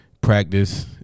practice